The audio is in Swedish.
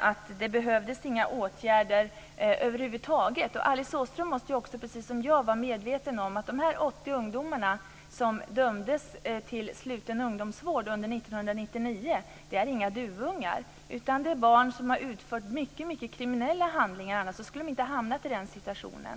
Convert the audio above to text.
att det inte skulle behövas några åtgärder över huvud taget. Alice Åström måste precis som jag vara medveten om att de 80 ungdomar som dömdes till sluten ungdomsvård under 1999 inte var några duvungar. Det är fråga om barn som har utfört i hög grad kriminella handlingar - annars skulle de inte har hamnat i den situationen.